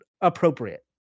appropriate